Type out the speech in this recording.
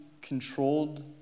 controlled